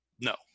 no